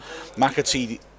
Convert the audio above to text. McAtee